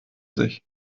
sich